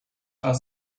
are